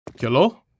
Hello